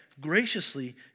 graciously